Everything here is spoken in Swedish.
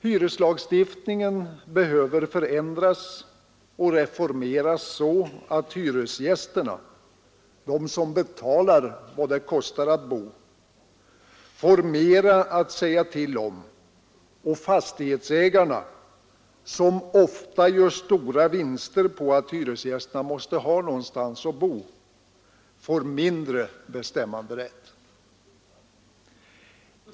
Hyreslagstiftningen behöver förändras och reformeras så att hyresgästerna — de som betalar vad det kostar att bo — får mer att säga till om och fastighetsägarna — som ofta gör stora vinster på att hyresgästerna måste ha någonstans att bo — får mindre bestämmanderätt.